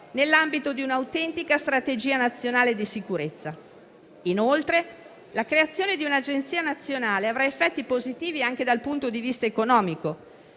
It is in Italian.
nell'ambito di un'autentica strategia nazionale di sicurezza. Inoltre, la creazione di un'Agenzia nazionale avrà effetti positivi anche dal punto di vista economico;